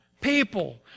people